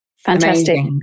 fantastic